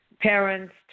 parents